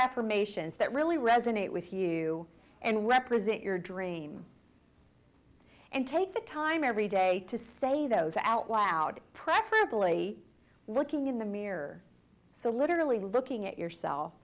affirmations that really resonate with you and represent your dream and take the time every day to say those out loud preferably looking in the mirror so literally looking at yourself